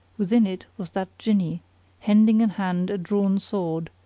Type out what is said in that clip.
within it was that jinni hending in hand a drawn sword,